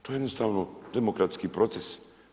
To je jednostavno demokratski proces.